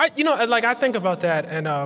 i you know and like i think about that, and um